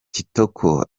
kitoko